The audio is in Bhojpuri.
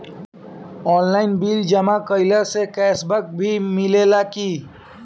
आनलाइन बिल जमा कईला से कैश बक भी मिलेला की?